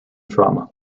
drama